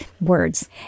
words